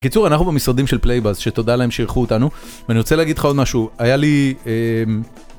בקיצור, אנחנו במשרדים של פלייבאז שתודה להם שאירחו אותנו ואני רוצה להגיד לך עוד משהו: היה לי